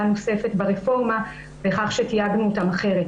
נוספת ברפורמה בכך שתייגנו אותם אחרת.